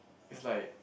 is like